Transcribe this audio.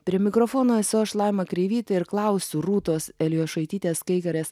prie mikrofono esu aš laima kreivytė ir klausiu rūtos elijošaitytės kaikarės